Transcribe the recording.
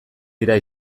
dira